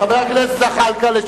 חבר הכנסת זחאלקה,